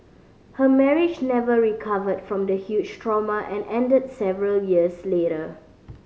her marriage never recovered from the huge trauma and ended several years later